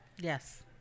Yes